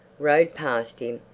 rode past him,